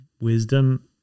wisdom